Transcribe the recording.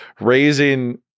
raising